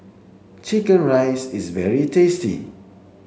chicken rice is very tasty